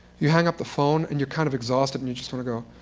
you hang up the phone, and you're kind of exhausted. and you just want of go,